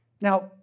Now